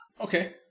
Okay